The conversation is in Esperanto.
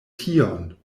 tion